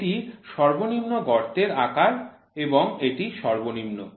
এটি সর্বনিম্ন গর্তের আকার এবং এটি সর্বনিম্ন